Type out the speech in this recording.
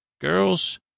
girls